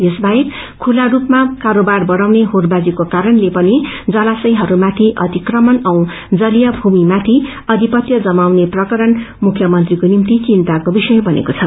यसबाहेक खुत्ता सूपमा कारोगा बढाउने होइवाजीको कारणले पनि जलायहरूमाथि अतिक्रमण औ जलीय भमिमाथि अविपतय जमाउने प्रकरण मुख्यमंत्रीको निम्ति विन्ताको विषय बनेको छ